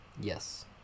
Yes